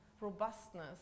robustness